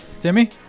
Timmy